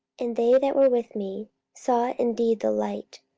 and they that were with me saw indeed the light,